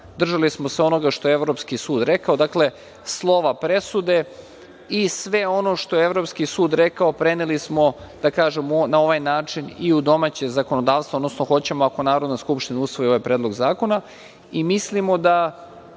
Držali smo se onoga što je Evropski sud rekao, dakle, slova presude i sve ono što je Evropski sud rekao preneli smo, da kažemo, na ovaj način i u domaće zakonodavstvo, odnosno hoćemo ako Narodna skupština usvoji ovaj predlog zakona. Mislimo da,